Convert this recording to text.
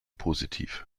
positiv